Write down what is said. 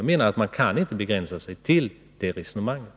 Jag menar att man inte kan begränsa sig till den marknaden.